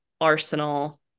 Arsenal